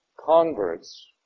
converts